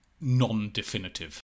non-definitive